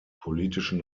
politischen